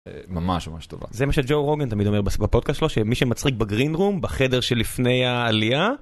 ממש ממש טובה זה מה שג׳ו רוגן תמיד אומר בפודקאסט שלו שמי שמצחיק בגרינדרום בחדר שלפני העלייה.